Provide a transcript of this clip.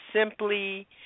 simply